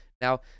Now